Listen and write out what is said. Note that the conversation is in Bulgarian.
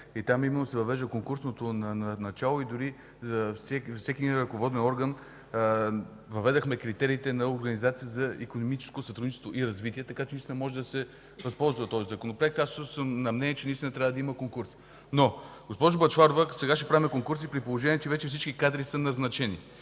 и там именно се въвежда конкурсното начало и дори за всеки един ръководен орган въведохме критериите на организация за икономическо сътрудничество и развитие, така че наистина може да се възползвате от него. Аз също съм на мнение, че наистина трябва да има конкурс. Госпожо Бъчварова, ако сега ще правим конкурси, при положение че вече всички кадри са назначени?!